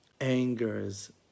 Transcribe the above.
angers